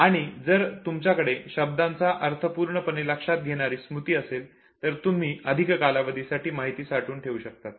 आणि जर तुमच्याकडे शब्दांचा अर्थ पूर्ण पणे लक्षात घेणारी स्मृती असेल तर तुम्ही अधिक कालावधीसाठी माहिती साठवून ठेवू शकतात